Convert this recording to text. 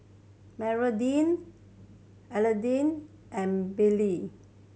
Magdalene Adelle and Brylee